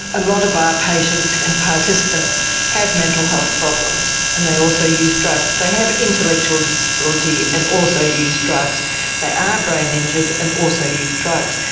a lot of our patients and participants have mental health problems and they also use drugs they have intellectual disability and also use drugs they are brain injured and also use drugs.